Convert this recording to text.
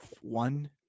one